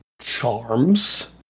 charms